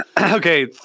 okay